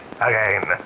again